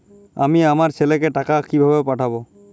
আমি আমার ছেলেকে টাকা কিভাবে পাঠাব?